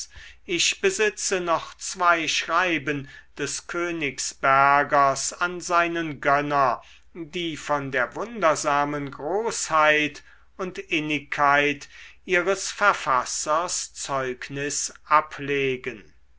ich besitze noch zwei schreiben des königsbergers an seinen gönner die von der wundersamen großheit und innigkeit ihres verfassers zeugnis ablegen